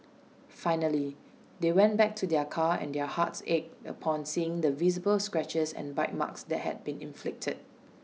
finally they went back to their car and their hearts ached upon seeing the visible scratches and bite marks that had been inflicted